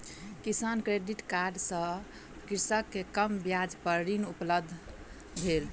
किसान credit card सँ कृषक के कम ब्याज पर ऋण उपलब्ध भेल